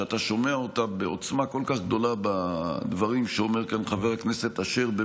שאתה שומע אותה בעוצמה כל כך גדולה בדברים שאומר כאן חבר הכנסת אשר,